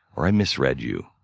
or i misread you,